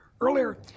earlier